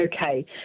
okay